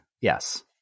yes